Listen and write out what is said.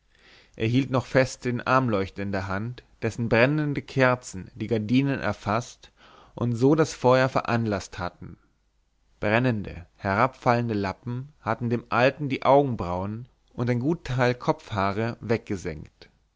er hielt noch fest den armleuchter in der hand dessen brennende kerzen die gardinen erfaßt und so das feuer veranlaßt hatten brennende herabfallende lappen hatten dem alten die augenbrauen und ein gut teil kopfhaare